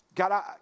God